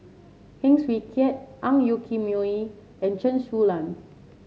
Heng Swee Keat Ang Yoke Mooi and Chen Su Lan